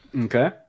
Okay